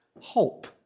Hope